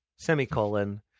semicolon